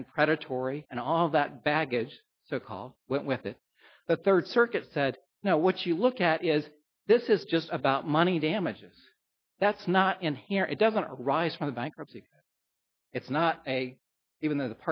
and predatory and all that baggage the call went with it the third circuit said now what you look at is this is just about money damages that's not in here it doesn't arise from the bankruptcy it's not a even though the